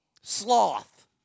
Sloth